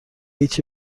هیچی